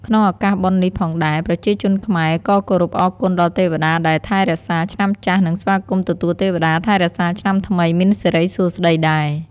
ក្នុងឱកាសបុណ្យនេះផងដែរ ប្រជាជនខ្មែរក៏គោរពអរគុណដល់ទេវតាដែលថែរក្សាឆ្នាំចាស់ និងស្វាគមន៏ទទួលទេវតាថែរក្សាឆ្នាំថ្មី មានសិរីសួស្ដីដែរ។